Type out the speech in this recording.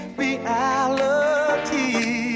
reality